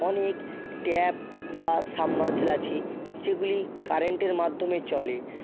অনেক ট্যাপ বা সাবমার্শেল আছে যেগুলি কারেন্টের মাধ্যমে চলে